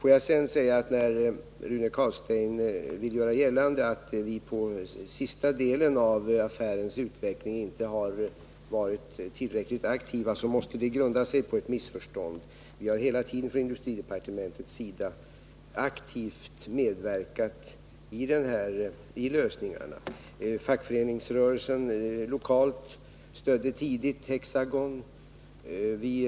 Rune Carlstein vill göra gällande att vi under den sista delen av affärens utveckling inte har varit tillräckligt aktiva. Detta måste grunda sig på ett missförstånd. Från industridepartementets sida har vi hela tiden aktivt medverkat i arbetet med lösningarna. Den lokala fackföreningsrörelsen stödde på ett tidigt stadium Hexagonalternativet.